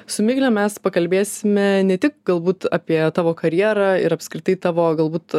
su migle mes pakalbėsime ne tik galbūt apie tavo karjerą ir apskritai tavo galbūt